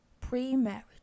pre-marriage